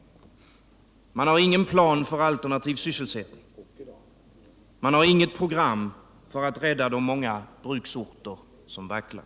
Man har ingen plan för alternativ sysselsättning. Man har inget program för att rädda de många bruksorter som vacklar.